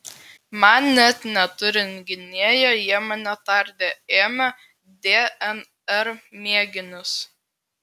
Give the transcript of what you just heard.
man net neturint gynėjo jie mane tardė ėmė dnr mėginius